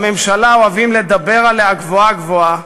בממשלה אוהבים לדבר עליה גבוהה-גבוהה,